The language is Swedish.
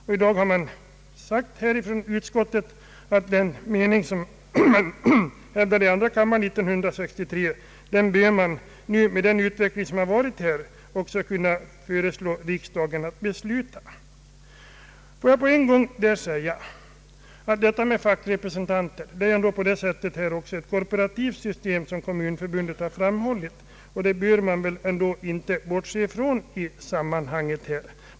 Utskottet förklarar att den mening som hävdades i andra kammaren 1963 bör med den utveckling som har varit kunna föranleda beslut av riksdagen. Får jag på en gång säga att systemet med fackrepresentanter ändå är ett korporativt system, vilket kommunförbundet har framhållit. Det bör man inte bortse från i sammanhanget.